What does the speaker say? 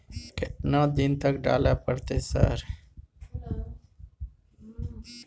केतना दिन तक डालय परतै सर?